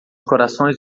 corações